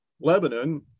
Lebanon